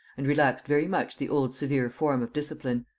and relaxed very much the old severe form of discipline.